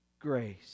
grace